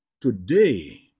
Today